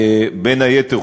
בין היתר,